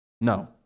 no